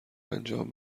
انجام